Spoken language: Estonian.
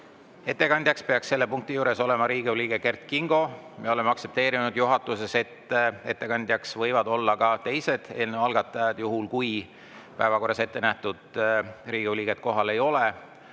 Ettekandjaks peaks selle punkti juures olema Riigikogu liige Kert Kingo. Me oleme aktsepteerinud juhatuses, et ettekandjaks võivad olla ka teised eelnõu algatajad, juhul kui päevakorras ettenähtud [ettekandjat], Riigikogu liiget kohal ei ole.